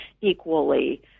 equally